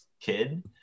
kid